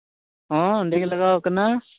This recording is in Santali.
ᱦᱚᱸ ᱚᱸᱰᱮ ᱜᱮ ᱞᱟᱜᱟᱣ ᱠᱟᱱᱟ